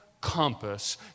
compass